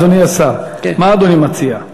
אדוני השר, אדוני השר, מה אדוני מציע?